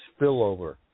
spillover